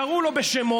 קראו לו בשמות,